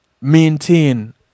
maintain